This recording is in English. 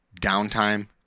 downtime